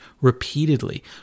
repeatedly